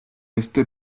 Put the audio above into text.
este